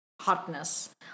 hotness